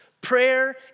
Prayer